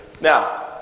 Now